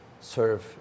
serve